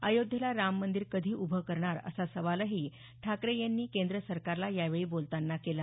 अयोध्येला राम मंदिर कधी उभं राहणार असा सवालही ठाकरे यांनी केंद्र सरकारला यावेळी बोलतांना केला